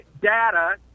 data